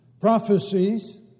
prophecies